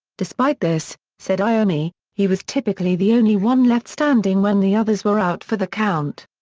despite this, said iommi, he was typically the only one left standing when the others were out for the count.